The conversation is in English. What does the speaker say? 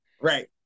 Right